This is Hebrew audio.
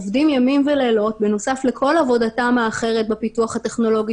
עובדים ימים ולילות בנוסף לכל עבודתם האחרת בפיתוח הטכנולוגי